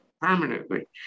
permanently